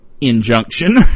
injunction